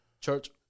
Church